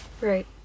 Right